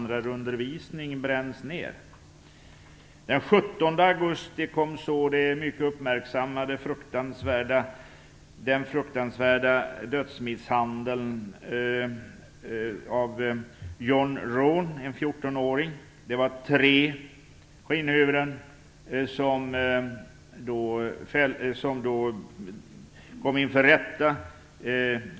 Den 17 augusti kom så den mycket uppmärksammade och fruktansvärda dödsmisshandeln av John Hron, en 14-åring. Det var tre skinnhuvuden som ställdes inför rätta.